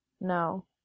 No